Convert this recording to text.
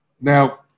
Now